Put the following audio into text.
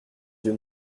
yeux